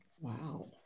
Wow